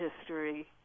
history